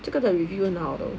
这个的 review 很好